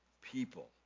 people